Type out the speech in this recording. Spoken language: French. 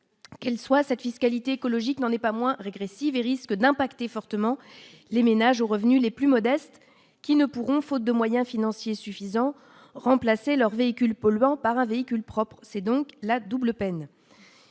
qu'elle soit cette fiscalité écologique n'en est pas moins régressive et risque d'impacter fortement les ménages aux revenus les plus modestes qui ne pourront, faute de moyens financiers suffisants remplacer leur véhicule polluant par un véhicule propre, c'est donc la double peine,